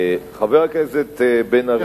חבר הכנסת בן-ארי,